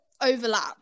overlap